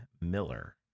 Miller